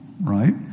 right